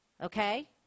Okay